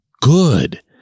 good